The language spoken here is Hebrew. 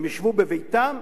הם ישבו בביתם,